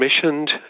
commissioned